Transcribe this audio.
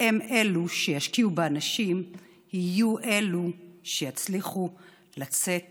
הם אלו שישקיעו באנשים ויהיו אלה שיצליחו לצאת